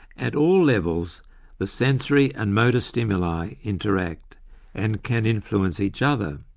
at all levels the sensory and motor stimuli interact and can influence each other,